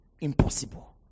Impossible